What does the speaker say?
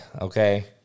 Okay